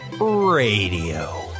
Radio